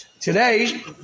Today